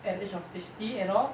at the age of sixty and all